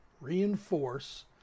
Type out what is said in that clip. reinforce